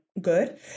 good